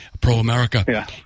pro-America